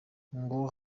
ngo